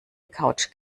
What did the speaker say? couch